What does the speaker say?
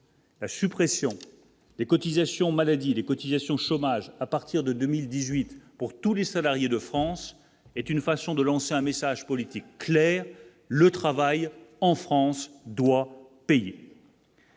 La suppression des cotisations maladie les cotisations chômage à partir de 2018 pour tous tous les salariés de France est une façon de lancer un message politique clair le travail en France doit payer.